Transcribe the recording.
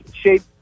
shape